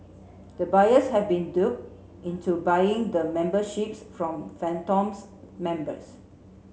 the buyers had been duped into buying the memberships from phantoms members